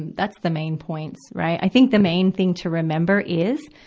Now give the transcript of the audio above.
and that's the main points, right. i think the main thing to remember is,